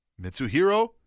Mitsuhiro